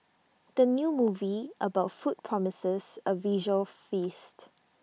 the new movie about food promises A visual feast